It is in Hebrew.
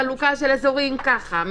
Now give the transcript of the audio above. חלוקה של אזורים ככה,